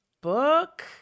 book